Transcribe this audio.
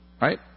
right